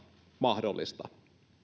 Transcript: mahdollista